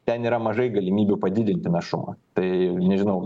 ten yra mažai galimybių padidinti našumą tai nežinau